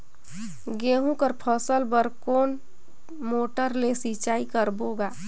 गहूं कर फसल बर कोन मोटर ले सिंचाई करबो गा?